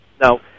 Now